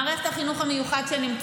אני אענה לך על זה,